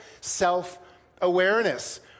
self-awareness